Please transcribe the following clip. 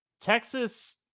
Texas